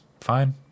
fine